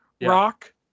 Rock